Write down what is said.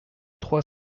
trois